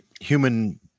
human